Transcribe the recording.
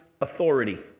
authority